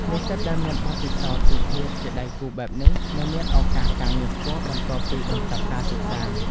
និស្សិតដែលមានបទពិសោធន៍ពីភាពជាដៃគូបែបនេះនឹងមានឱកាសការងារខ្ពស់បន្ទាប់ពីបញ្ចប់ការសិក្សា។